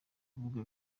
kuvuga